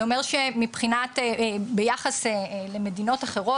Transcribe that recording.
זה אומר שמבחינת ביחס למדינות אחרות,